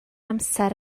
amser